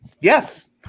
Yes